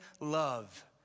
love